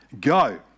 Go